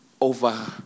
over